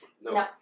No